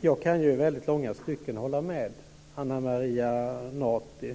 Fru talman! Jag kan i väldigt långa stycken hålla med Ana Maria Narti,